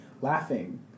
laughing